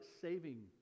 saving